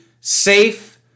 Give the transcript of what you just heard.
safe